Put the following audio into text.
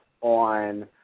on